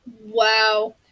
Wow